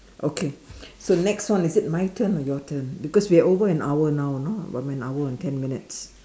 okay so next one is it my turn or your turn because we are over an hour now you know about an hour and ten minutes